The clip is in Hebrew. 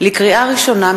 לקריאה ראשונה,